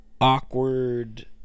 awkward